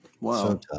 Wow